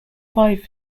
five